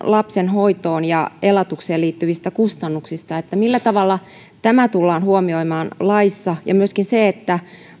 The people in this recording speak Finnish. lapsen hoitoon ja elatukseen liittyvistä kustannuksista millä tavalla tämä tullaan huomioimaan laissa ja myöskin se että